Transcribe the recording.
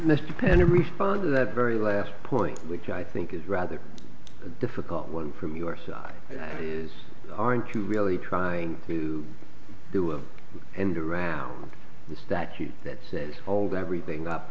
mr pena respond to that very last point which i think is rather a difficult one from your side that is aren't you really trying to do it and around the statute that said hold everything up